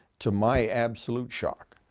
to my absolute shock,